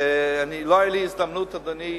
ולא היתה לי הזדמנות, אדוני,